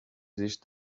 sich